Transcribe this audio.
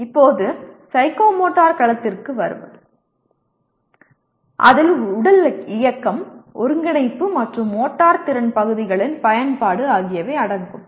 இப்போது சைக்கோமோட்டர் களத்திற்கு வருவது அதில் உடல் இயக்கம் ஒருங்கிணைப்பு மற்றும் மோட்டார் திறன் பகுதிகளின் பயன்பாடு ஆகியவை அடங்கும்